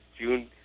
June